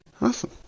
Awesome